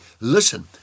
listen